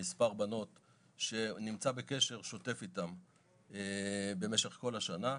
מספר בנות שנמצא בקשר שוטף איתן במשך כל השנה.